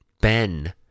Ben